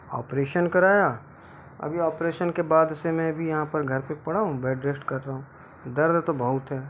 operation कराया अभी operation के बाद से मैं भी यहाँ पर घर पे पड़ा हूँ बैड रेस्ट कर रहा हूँ दर्द तो बहुत है